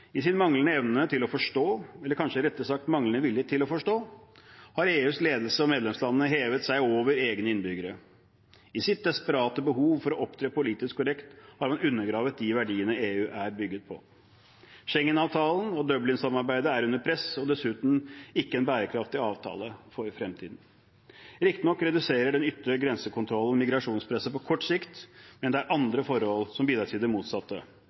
I sin manglende evne til å forstå – eller, kanskje rettere sagt, manglende vilje til å forstå – har EUs ledelse og medlemslandene hevet seg over egne innbyggere. I sitt desperate behov for å opptre politisk korrekt har man undergravet de verdiene EU er bygget på. Schengen-avtalen og Dublin-samarbeidet er under press, og er dessuten ikke en bærekraftig avtale for fremtiden. Riktignok reduserer den ytre grensekontrollen migrasjonspresset på kort sikt, men det er andre forhold som bidrar til det motsatte